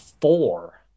four